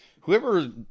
whoever